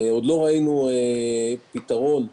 עוד לא ראינו פתרון שמצליח,